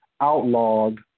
outlawed